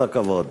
כל הכבוד.